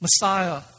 Messiah